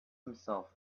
himself